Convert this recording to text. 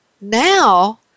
now